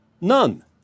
None